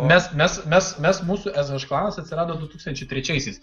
mes mes mes mes mūsų es haš klanas atsirado du tūkstančiai trečiaisiais